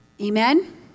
Amen